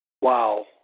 Wow